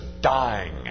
dying